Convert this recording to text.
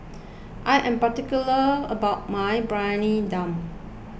I am particular about my Briyani Dum